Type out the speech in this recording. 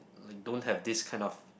like don't have this kind of